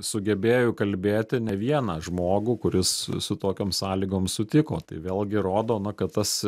sugebėjo įkalbėti ne vieną žmogų kuris su tokiom sąlygom sutiko tai vėlgi rodo na kad tas